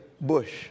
bush